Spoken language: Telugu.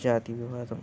జాతి వివాదం